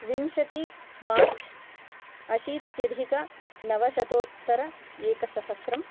विंशति मार्च् अशीत्यधिकनवशतोत्तर एकसहस्रम्